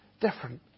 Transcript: different